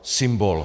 Symbol.